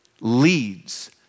leads